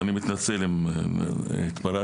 ואני מתנצל אם התפרצתי,